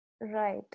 Right